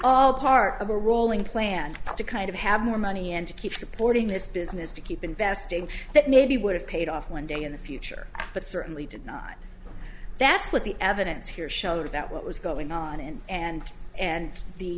all part of a rolling plan to kind of have more money and to keep supporting this business to keep investing that maybe would have paid off one day in the future but certainly did not that's what the evidence here showed about what was going on and and and the